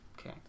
Okay